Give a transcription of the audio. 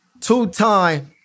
two-time